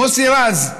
מוסי רז?